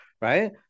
right